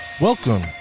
Welcome